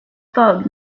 thug